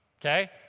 Okay